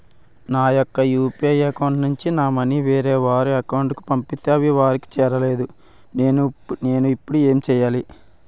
నా యెక్క UPI account నుంచి నా మనీ వేరే వారి అకౌంట్ కు పంపితే అవి వారికి చేరలేదు నేను ఇప్పుడు ఎమ్ చేయాలి?